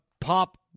pop